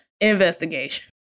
investigation